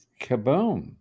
kaboom